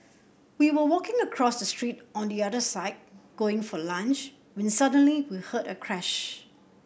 we were walking across the street on the other side going for lunch when suddenly we heard a crash